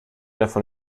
davon